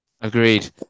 Agreed